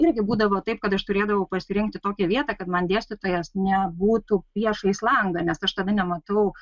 irgi būdavo taip kad aš turėdavau pasirinkti tokią vietą kad man dėstytojas nebūtų priešais langą nes aš tada nematau